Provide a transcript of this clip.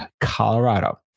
Colorado